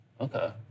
Okay